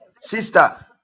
sister